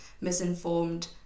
misinformed